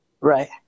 Right